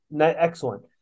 Excellent